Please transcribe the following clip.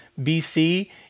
BC